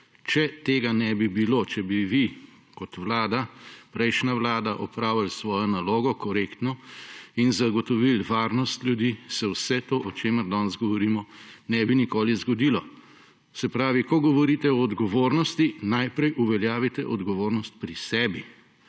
Če tega ne bi bilo, če bi vi kot prejšnja vlada opravili svojo nalogo korektno in zagotovili varnost ljudi, se vse to, o čemer danes govorimo, ne bi nikoli zgodilo. Se pravi, ko govorite o odgovornosti, najprej uveljavite odgovornost pri sebi,